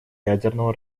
ядерного